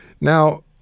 Now